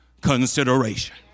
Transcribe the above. consideration